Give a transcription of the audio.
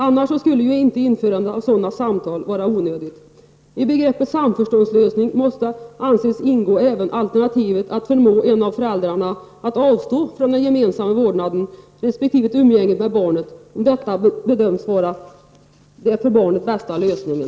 Annars vore ju införande av sådana samtal onödigt. I begreppet samförståndslösning måste anses ingå alternativet att förmå en av föräldrarna att avstå från den gemensamma vårdnaden resp. umgänget med barnet, om detta bedöms vara den för barnet bästa lösningen.